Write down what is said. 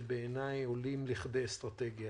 שבעיניי עולים לכדי אסטרטגיה.